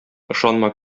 ышанма